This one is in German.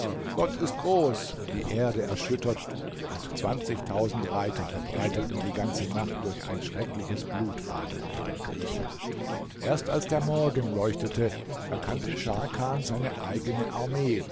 gott ist groß die erde erschüttert und zwanzigtausend reiter verbreiteten die ganze nacht durch ein schreckliches blutbad unter den griechen erst als der morgen leuchtete erkannte scharkan seine eigene armee